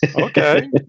okay